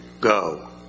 go